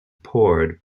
poured